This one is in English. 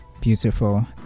Beautiful